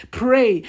pray